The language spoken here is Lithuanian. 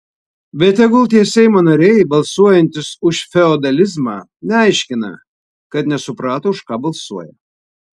bet tegul tie seimo nariai balsuojantys už feodalizmą neaiškina kad nesuprato už ką balsuoja